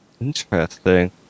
interesting